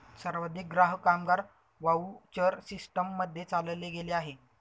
सर्वाधिक ग्राहक, कामगार व्हाउचर सिस्टीम मध्ये चालले गेले आहे